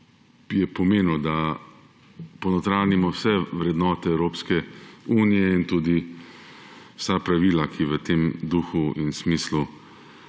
pomeni, da ponotranjimo vse vrednote Evropske unije in tudi vsa pravila, ki v tem duhu in smislu